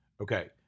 Okay